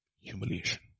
humiliation